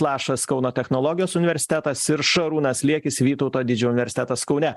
lašas kauno technologijos universitetas ir šarūnas liekis vytauto didžiojo universitetas kaune